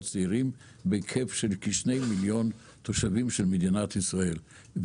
צעירים בהיקף של כשני מיליון תושבים במדינת ישראל.